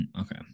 Okay